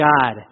God